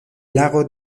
lago